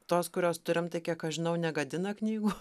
tuos kuriuos turim tai kiek aš žinau negadina knygų